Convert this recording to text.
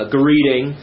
greeting